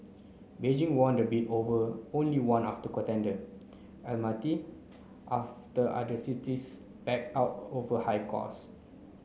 Beijing won the bid over only one after contender Almaty after other cities backed out over high cost